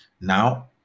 Now